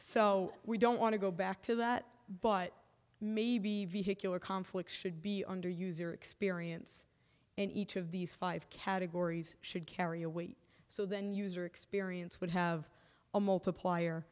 so we don't want to go back to that but maybe vehicular conflicts should be under user experience in each of these five categories should carry a weight so then user experience would have a multiplier